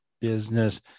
business